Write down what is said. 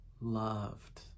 loved